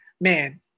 man